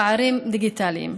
פערים דיגיטליים.